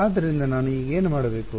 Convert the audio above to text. ಆದ್ದರಿಂದ ನಾನು ಈಗ ಏನು ಮಾಡಬೇಕು